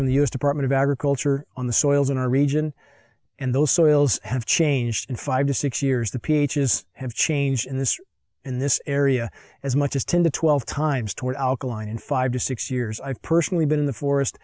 from the u s department of agriculture on the soils in our region and those soils have changed in five to six years the peaches have changed in this in this area as much as ten to twelve times toward alkaline in five to six years i've personally been in the forest